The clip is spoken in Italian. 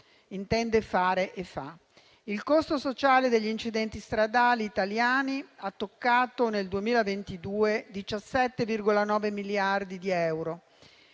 intende fare (e fa). Il costo sociale degli incidenti stradali italiani ha toccato, nel 2022, 17,9 miliardi di euro